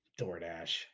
DoorDash